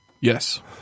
yes